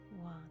one